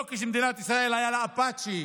לא כשלמדינת ישראל היה אפאצ'י,